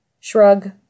Shrug